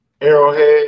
Arrowhead